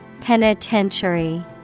Penitentiary